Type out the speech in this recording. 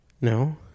No